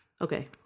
Okay